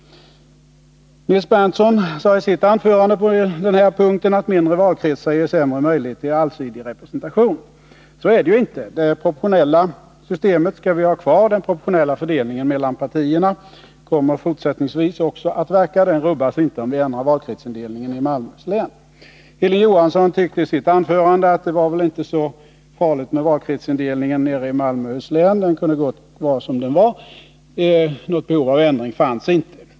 Nils Berndtson sade i sitt anförande på denna punkt att mindre valkretsar ger sämre möjligheter till allsidig representation. Så är det inte. Det Nr 154 proportionella valsystemet skall finnas kvar, och den proportionella fördelningen mellan partierna kommer fortsättningsvis också att verka — den rubbas inte, om vi ändrar valkretsindelningen i Malmöhus län. Hilding Johansson tyckte i sitt anförande att det inte var så märkvärdigt med valkretsindelningen nere i Malmöhus län — den kunde gott vara som den var. Något behov av ändring fanns inte.